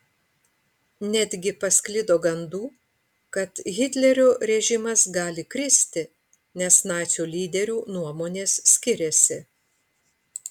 netgi pasklido gandų kad hitlerio režimas gali kristi nes nacių lyderių nuomonės skiriasi